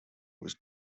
was